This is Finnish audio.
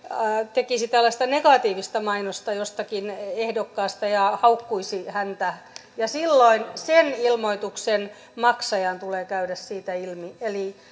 tekisi tällaista negatiivista mainosta jostakin ehdokkaasta ja haukkuisi häntä ja silloin sen ilmoituksen maksajan tulee käydä siitä ilmi eli